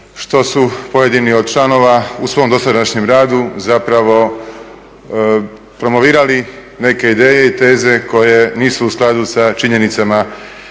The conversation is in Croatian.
što su pojedini od članova u svom dosadašnjem radu zapravo promovirali neke ideje i teze koje nisu u skladu sa činjenicama